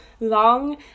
long